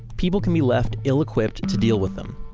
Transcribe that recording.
people can be left ill-equipped to deal with them.